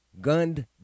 gunned